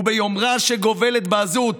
וביומרה שגובלת בעזות,